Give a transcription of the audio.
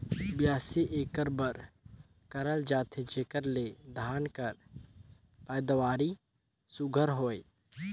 बियासी एकर बर करल जाथे जेकर ले धान कर पएदावारी सुग्घर होए